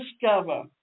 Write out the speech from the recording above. discover